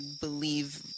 believe